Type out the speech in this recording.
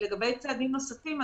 לגבי צעדים נוספים,